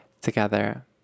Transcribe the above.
together